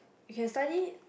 you can study